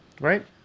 right